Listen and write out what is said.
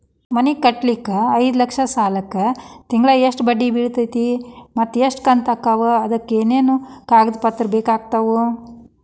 ಮನಿ ಕಟ್ಟಲಿಕ್ಕೆ ಐದ ಲಕ್ಷ ಸಾಲಕ್ಕ ತಿಂಗಳಾ ಎಷ್ಟ ಬಡ್ಡಿ ಬಿಳ್ತೈತಿ ಮತ್ತ ಎಷ್ಟ ಕಂತು ಆಗ್ತಾವ್ ಅದಕ ಏನೇನು ಕಾಗದ ಪತ್ರ ಬೇಕಾಗ್ತವು?